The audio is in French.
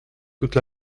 toute